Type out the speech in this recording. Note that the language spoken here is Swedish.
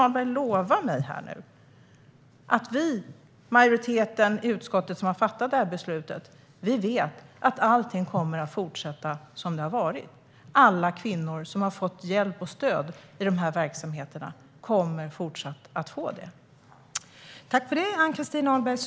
Kan Ann-Christin Ahlberg och majoriteten i utskottet, som har fattat detta beslut, lova att allt kommer att fortsätta som förut och att alla kvinnor som har fått hjälp och stöd i dessa verksamheter kommer att fortsätta att få det?